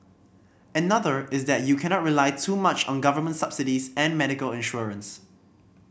another is that you cannot rely too much on government subsidies and medical insurance